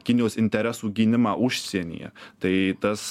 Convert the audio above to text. kinijos interesų gynimą užsienyje tai tas